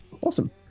Awesome